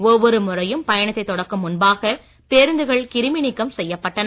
ஒவ்வொரு முறையும் பயணத்தை தொடக்கும் முன்பாக பேருந்துகள் கிருமி நீக்கம் செய்யப்பட்டன